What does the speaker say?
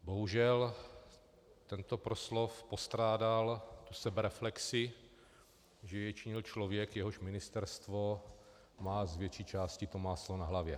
Bohužel tento proslov postrádal tu sebereflexi, že je činil člověk, jehož ministerstvo má z větší části to máslo na hlavě.